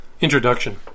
Introduction